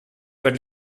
per